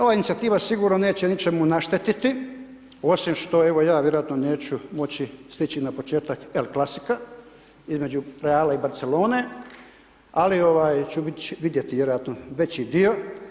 Ova inicijativa sigurno neće ničemu naštetiti, osim što, evo, ja vjerojatno neću moći štiti na početak El Classica, između Reala i Barcelone, ali ću vidjeti vjerojatno veći dio.